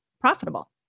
profitable